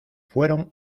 fueron